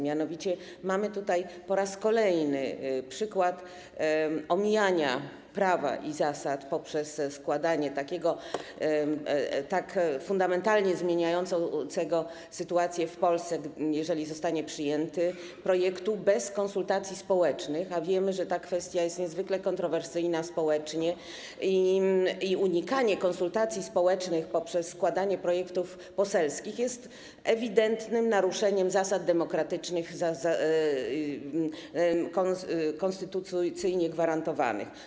Mianowicie mamy tutaj po raz kolejny przykład omijania prawa i zasad poprzez składanie tak fundamentalnie zmieniającego sytuację w Polsce, jeżeli zostanie on przyjęty, projektu bez konsultacji społecznych, a wiemy, że ta kwestia jest niezwykle kontrowersyjna społecznie i unikanie konsultacji społecznych poprzez składanie projektów poselskich jest ewidentnym naruszeniem zasad demokratycznych konstytucyjnie gwarantowanych.